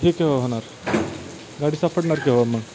हे केव्हा होणार गाडी सापडणार केव्हा मग